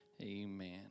amen